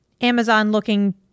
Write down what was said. Amazon-looking